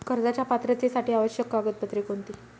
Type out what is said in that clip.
कर्जाच्या पात्रतेसाठी आवश्यक कागदपत्रे कोणती?